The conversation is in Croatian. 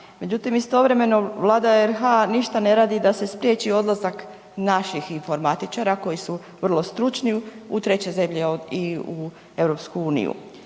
Međutim, istovremeno Vlada RH ništa ne radi da se spriječi odlazak naših informatičara koji su vrlo stručni u treće zemlje i u EU.